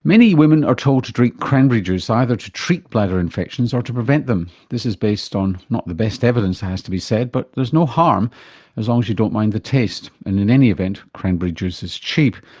many women are told to drink cranberry juice, either to treat bladder infections or to prevent them. this is based on not the best evidence it has to be said, but there's no harm as long as you don't mind the taste, and in any event, cranberry juice is cheap.